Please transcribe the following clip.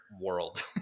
world